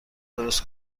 درست